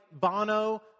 Bono